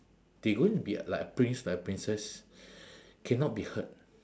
they going to be like a prince like a princess cannot be hurt